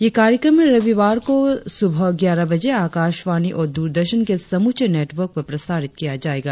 यह कार्यक्रम रविवार को सुबह ग्यारह बजे आकाशवाणी और दूरदर्शन के समूचे नेटवर्क पर प्रसारित किया जायेगा